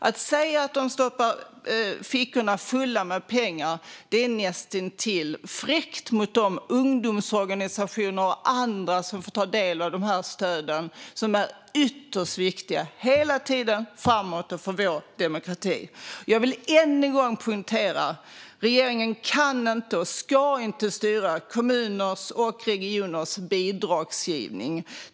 Att säga att organisationer stoppar fickorna fulla med pengar är närmast fräckt mot de ungdomsorganisationer och andra som får ta del av dessa stöd, som är ytterst viktiga framöver för vår demokrati. Jag vill än en gång poängtera att regeringen varken kan eller ska styra över kommuners och regioners bidragsgivning.